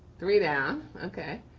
three down, okay.